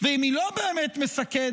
ואם היא לא באמת מסכנת,